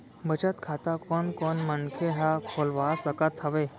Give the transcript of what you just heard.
बचत खाता कोन कोन मनखे ह खोलवा सकत हवे?